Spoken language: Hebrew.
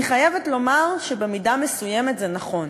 אני חייבת לומר שבמידה מסוימת זה נכון.